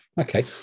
okay